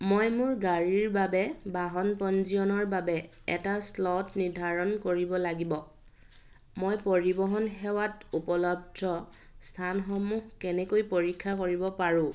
মই মোৰ গাড়ীৰ বাবে বাহন পঞ্জীয়নৰ বাবে এটা স্লট নিৰ্ধাৰণ কৰিব লাগিব মই পৰিৱহণ সেৱাত উপলব্ধ স্থানসমূহ কেনেকৈ পৰীক্ষা কৰিব পাৰোঁ